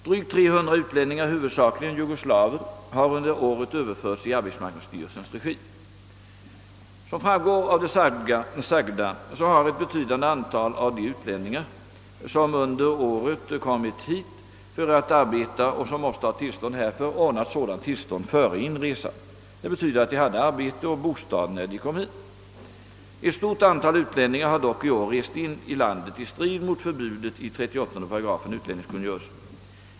Drygt 300 utlänningar, huvudsakligen jugoslaver, har under året överförts i arbetsmarknadsstyrelsens regi. Som framgår av det sagda har ett betydande antal av de utlänningar, som under året kommit hit för att arbeta och som måste ha tillstånd härför, ordnat sådant tillstånd före inresan. Det betyder att de hade arbete och bostad när de kom hit. Ett stort antal utlänningar har dock i år rest in i landet i strid mot förbudet i 38 § utlänningskungörelsen.